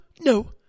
no